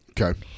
Okay